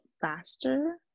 faster